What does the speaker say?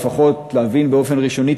לפחות באופן ראשוני,